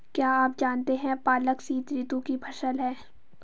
क्या आप जानते है पालक शीतऋतु की फसल है?